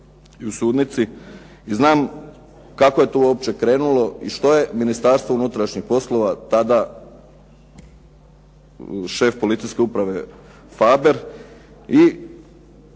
i u sudnici i znam kako je to uopće krenulo i što je Ministarstvo unutrašnjih poslova tada šef policijske uprave Faber i